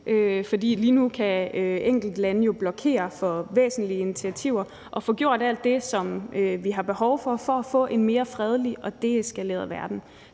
lige nu kan enkeltlande jo blokere for væsentlige initiativer – og få gjort alt det, som vi har behov for for at få en mere fredelig og deeskaleret verden.